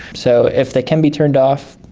so if they can be turned off,